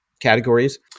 categories